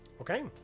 Okay